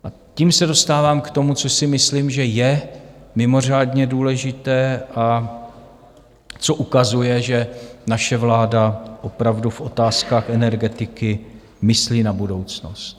A tím se dostávám k tomu, co si myslím, že je mimořádně důležité a co ukazuje, že naše vláda opravdu v otázkách energetiky myslí na budoucnost.